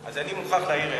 אז אני מוכרח להעיר הערה.